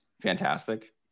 fantastic